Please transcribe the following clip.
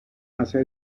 hace